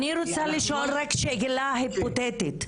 אני רוצה לשאול רק שאלה היפותטית: